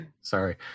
Sorry